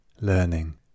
learning